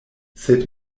sed